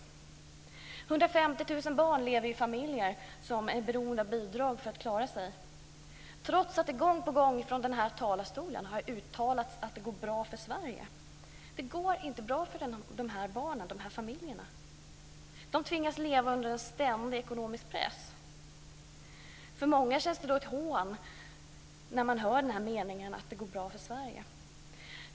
150 000 barn lever i familjer som är beroende av bidrag för att klara sig, trots att det gång på gång från den här talarstolen har uttalats att det går bra för Sverige. Det går inte bra för de här barnen, för de här familjerna. De tvingas leva under en ständig ekonomisk press. För många känns det som ett hån när man hör meningen: Det går bra för Sverige.